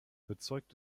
bezeugt